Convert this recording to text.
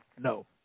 No